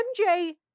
MJ